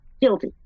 guilty